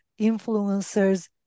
influencers